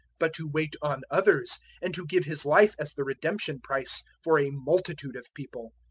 but to wait on others, and to give his life as the redemption-price for a multitude of people.